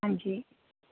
ਹਾਂਜੀ